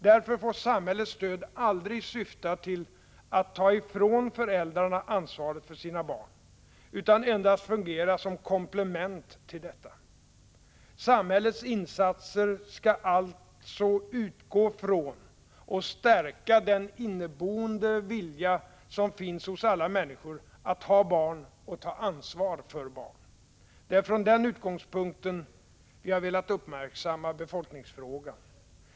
Därför får samhällets stöd aldrig syfta till att ta ifrån föräldrarna ansvaret för sina barn, utan endast fungera som komplement till detta. Samhällets insatser skall alltså utgå från — och stärka — den inneboende vilja som finns hos alla människor att ha barn och ta ansvar för barn. Det är från den utgångspunkten vi har velat uppmärksamma befolkningsfrågan.